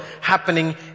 happening